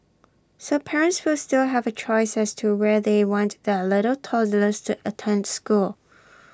so parents will still have A choice as to where they want their little toddlers to attend school